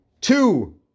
Two